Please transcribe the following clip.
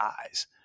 eyes